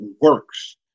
works